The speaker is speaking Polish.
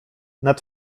nad